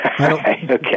Okay